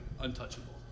untouchable